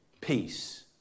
peace